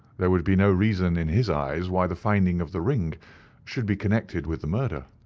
there would be no reason in his eyes why the finding of the ring should be connected with the murder.